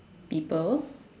people